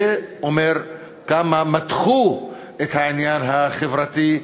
זה אומר כמה מתחו את העניין החברתי,